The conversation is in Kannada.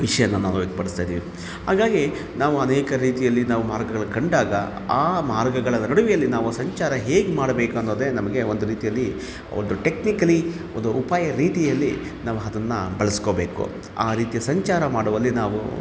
ವಿಷಯನ್ನ ನಾವು ವ್ಯಕ್ತಪಡಿಸ್ತಾಯಿದೀವಿ ಅಂಗಾಗಿ ನಾವು ಅನೇಕ ರೀತಿಯಲ್ಲಿ ನಾವು ಮಾರ್ಗಗಳು ಕಂಡಾಗ ಆ ಮಾರ್ಗಗಳ ನಡುವೆಯಲ್ಲಿ ನಾವು ಸಂಚಾರ ಹೇಗೆ ಮಾಡಬೇಕನ್ನೋದೆ ನಮಗೆ ಒಂದು ರೀತಿಯಲ್ಲಿ ಒಂದು ಟೆಕ್ನಿಕಲಿ ಒಂದು ಉಪಾಯ ರೀತಿಯಲ್ಲಿ ನಾವು ಅದುನ್ನ ಬಳಸಿಕೋಬೇಕು ಆ ರೀತಿಯ ಸಂಚಾರ ಮಾಡುವಲ್ಲಿ ನಾವು